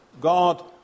God